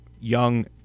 young